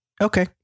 Okay